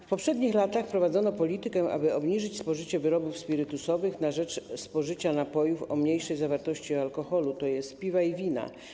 W poprzednich latach prowadzono politykę, aby obniżyć spożycie wyrobów spirytusowych na rzecz spożycia napojów o mniejszej zawartości alkoholu, tj. piwa i wina.